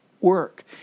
work